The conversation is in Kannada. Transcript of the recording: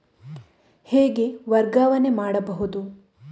ಹೇಗೆ ವರ್ಗಾವಣೆ ಮಾಡುದು?